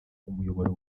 umuyoboro